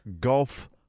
golf